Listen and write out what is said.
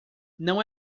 não